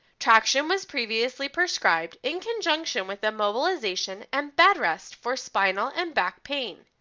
traction was previously prescribed in conjunction with immobilization and bed rest for spinal and back pain.